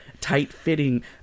tight-fitting